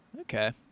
Okay